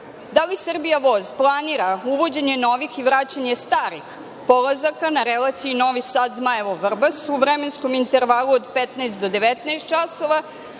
da li „Srbija Voz“ planira uvođenje novih i vraćanje starih polazaka na relaciji Novi Sad-Zmajevo-Vrbas u vremenskom intervalu od 15 do 19 časova